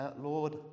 Lord